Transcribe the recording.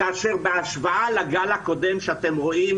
כאשר בהשוואה לגל הקודם שאתם רואים,